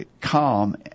calm